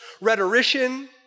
rhetorician